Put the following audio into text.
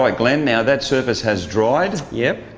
like glenn now that surface has dried. yep.